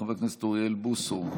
חבר הכנסת אוריאל בוסו,